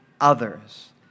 others